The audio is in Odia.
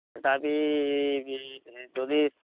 ସେଟା ବି ଯଦି